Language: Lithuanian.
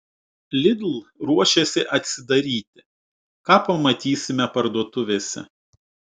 lidl ruošiasi atsidaryti ką pamatysime parduotuvėse